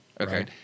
Okay